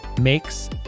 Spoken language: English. makes